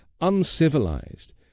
uncivilized